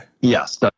Yes